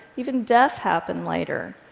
even death happened later.